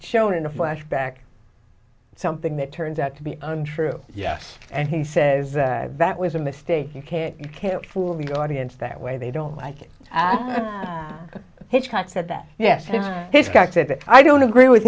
shown in a flashback something that turns out to be untrue yes and he says that that was a mistake you can't you can't fool the audience that way they don't like it hitchcock said that yes if he's got said i don't agree with